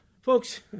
Folks